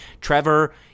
Trevor